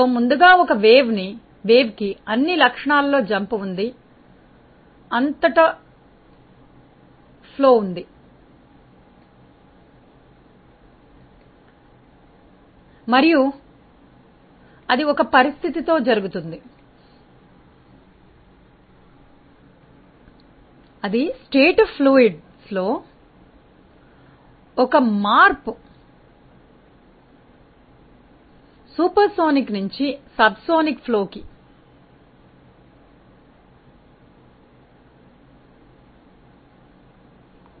so ఒక wave ముందు అన్ని లక్షణాలలో జంప్ ఉంది అంతటా ప్రవాహం ఉంది మరియు అది ఒక పరిస్థితితో జరుగుతుంది అది ద్రవ రూపాలలో ఒక మార్పు సూపర్సోనిక్ నుండి ఒక సబ్సోనిక్ ప్రవాహానికి